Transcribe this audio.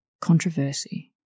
controversy